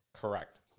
Correct